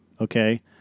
okay